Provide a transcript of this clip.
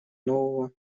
нового